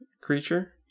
creature